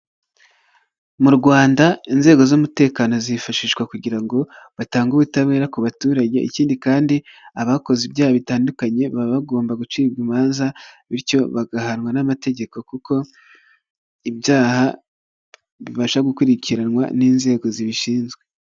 Mu Rwanda inzego z'umutekano zifashishwa kugira ngo batange ubutabera ku baturage, ikindi kandi, abakoze ibyaha bitandukanye baba bagomba gucirwa imanza, bityo bagahanwa n'amategeko, kuko ibyaha bibasha gukurikiranwa n'inzego zibishinzwe.